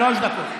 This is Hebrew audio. שלוש דקות.